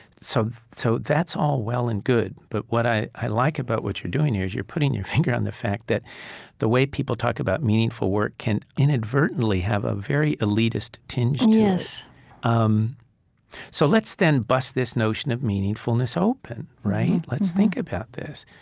so so that's all well and good. but what i i like about what you're doing here is you're putting your finger on the fact that the way people talk about meaningful work can inadvertently have a very elitist tinge to it yes um so let's then bust this notion of meaningfulness open, right? let's think about this.